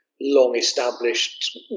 long-established